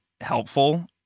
helpful